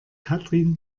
katrin